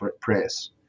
press